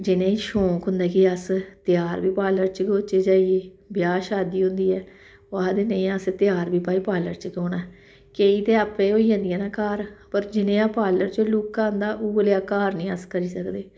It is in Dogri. जिनेंगी शौंक होंदा कि अस त्यार बी पार्लर गै होचे जाइयै ब्याह् शादी होंदी ऐ ओह् आखदे नेईं असें त्यार बी भाई पार्लर च गै होना ऐ केईं ते आपै होई जंदियां न घर पर जनेहा पार्लर च लुक्क आंदा उ'ऐ डेहा अस घर नी अस करी सकदे